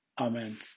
Amen